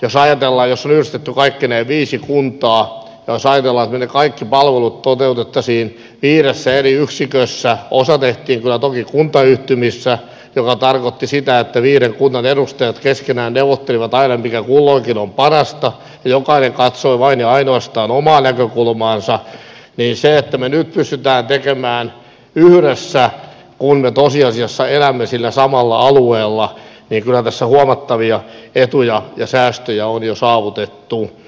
jos ajatellaan että on yhdistetty kaikkineen viisi kuntaa ja jos ajatellaan että me ne kaikki palvelut toteuttaisimme viidessä eri yksikössä osa tehtiin kyllä toki kuntayhtymissä mikä tarkoitti sitä että viiden kunnan edustajat keskenään neuvottelivat aina mikä kulloinkin on parasta ja jokainen katsoi vain ja ainoastaan omaa näkökulmaansa niin kyllä sillä että me nyt pystymme tekemään yhdessä kun me tosiasiassa elämme sillä samalla alueella huomattavia etuja ja säästöjä on jo saavutettu